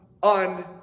on